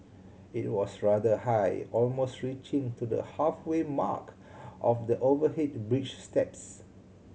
it was rather high almost reaching to the halfway mark of the overhead bridge steps